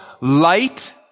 light